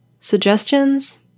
Suggestions